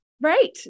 Right